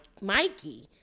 Mikey